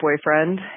boyfriend